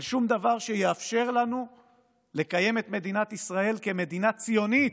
על שום דבר שיאפשר לנו לקיים את מדינת ישראל כמדינה ציונית,